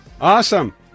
awesome